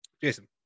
Jason